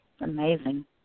Amazing